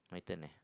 my turn eh